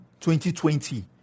2020